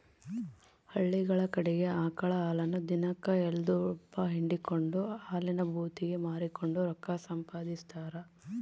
ಹಳ್ಳಿಗುಳ ಕಡಿಗೆ ಆಕಳ ಹಾಲನ್ನ ದಿನಕ್ ಎಲ್ಡುದಪ್ಪ ಹಿಂಡಿಕೆಂಡು ಹಾಲಿನ ಭೂತಿಗೆ ಮಾರಿಕೆಂಡು ರೊಕ್ಕ ಸಂಪಾದಿಸ್ತಾರ